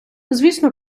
звісно